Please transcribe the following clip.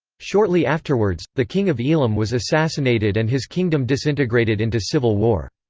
shortly afterwards, the king of elam was assassinated and his kingdom disintegrated into civil war.